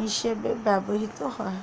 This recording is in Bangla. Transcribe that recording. হিসেবে ব্যবহার হয়